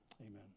amen